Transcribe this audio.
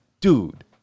Dude